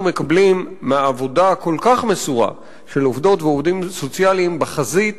מקבלים מהעבודה הכל-כך מסורה של עובדות ועובדים סוציאליים בחזית